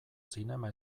zinema